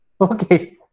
Okay